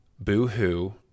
boo-hoo